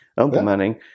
implementing